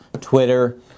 Twitter